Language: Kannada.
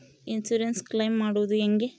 ಇನ್ಸುರೆನ್ಸ್ ಕ್ಲೈಮ್ ಮಾಡದು ಹೆಂಗೆ?